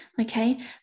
okay